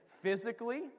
physically